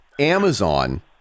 Amazon